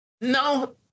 No